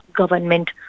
government